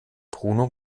bruno